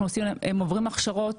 הם עוברים הכשרות,